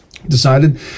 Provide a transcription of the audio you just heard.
decided